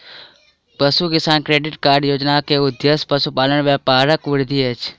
पशु किसान credit card योजना के उद्देश्य पशुपालन व्यापारक वृद्धि अछि